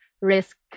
risk